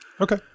Okay